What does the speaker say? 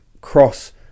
cross